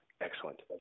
Excellent